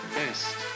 best